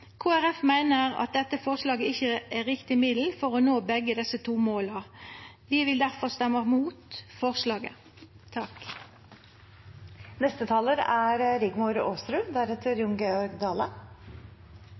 meiner at dette forslaget ikkje er riktig middel for å nå begge desse to måla. Vi vil difor stemma mot forslaget. Takk